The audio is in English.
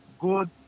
Good